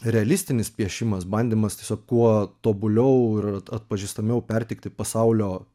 realistinis piešimas bandymas tiesiog kuo tobuliau ir atpažįstamiau perteikti pasaulio